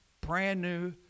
brand-new